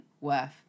worth